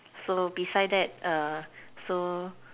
so beside that err so